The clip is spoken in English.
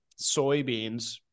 soybeans